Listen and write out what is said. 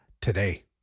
today